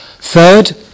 Third